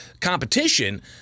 competition